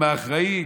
עם האחראית,